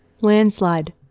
Landslide